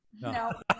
no